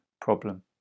problem